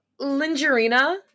lingerina